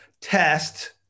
test